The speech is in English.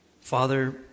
Father